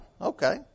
Okay